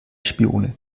spione